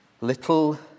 Little